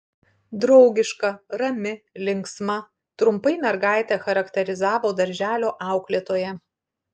draugiška rami linksma trumpai mergaitę charakterizavo darželio auklėtoja